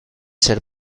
ser